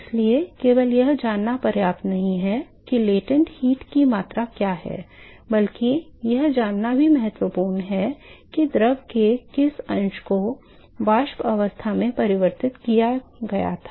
इसलिए केवल यह जानना पर्याप्त नहीं है कि गुप्त ऊष्मा की मात्रा क्या है बल्कि यह जानना भी महत्वपूर्ण है कि द्रव के किस अंश को वाष्प अवस्था में परिवर्तित किया गया था